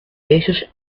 esos